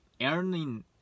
earning